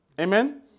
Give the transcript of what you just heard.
Amen